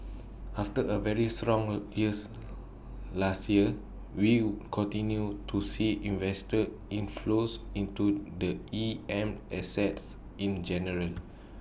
after A very strong A years last year we continue to see investor inflows into the E M assets in general